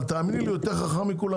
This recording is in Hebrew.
אבל תאמיני לי הוא יותר חכם מכולם